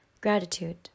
gratitude